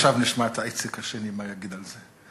עכשיו נשמע את האיציק השני, מה יגיד על זה.